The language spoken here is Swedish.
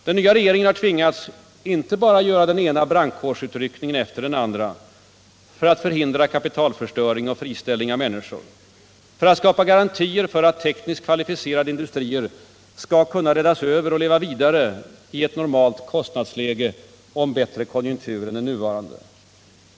Den nya regeringen har inte bara tvingats göra den ena brandkårsutryckningen efter den andra för att förhindra kapitalförstöring och friställning av människor samt för att skapa garantier för att tekniskt kvalificerade industrier skall kunna räddas över och leva vidare i ett normalt kostnadsläge och en bättre konjunktur än den nuvarande.